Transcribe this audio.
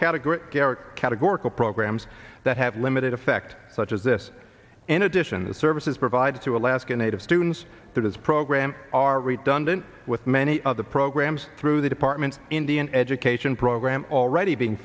category categorical programs that have limited effect such as this in addition the services provided to alaska native students through this program are redundant with many of the programs through the department indian education program already being